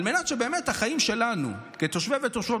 על מנת שבאמת החיים שלנו כתושבי ותושבות